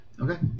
Okay